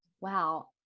wow